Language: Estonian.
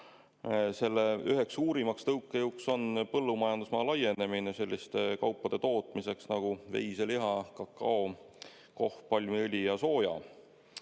Selle üheks suurimaks tõukejõuks on põllumajandusmaa laienemine selliste kaupade tootmiseks nagu veiseliha, kakao, kohv, palmiõli ja soja.